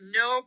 no